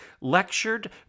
lectured